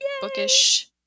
Bookish